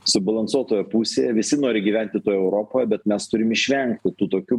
subalansuotoje pusėje visi nori gyventi toj europo bet mes turim išvengti tokių